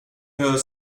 here